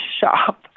shop